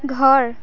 ঘৰ